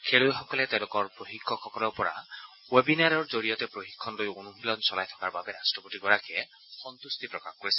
খেলুৱৈসকলে তেওঁলোকৰ প্ৰশিক্ষকসকলৰ পৰা ৱেবিনাৰৰ জৰিয়তে প্ৰশিক্ষণ লৈ অনুশীলন চলাই থকাৰ বাবে ৰাট্টপতিগৰাকীয়ে সন্তুষ্টি প্ৰকাশ কৰিছে